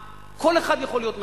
כל אחד יכול להיות מנהיג,